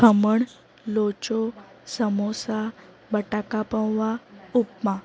ખમણ લોચો સમોસા બટાકાપૌવા ઉપમા